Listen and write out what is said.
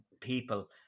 people